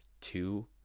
two